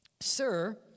Sir